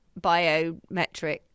biometric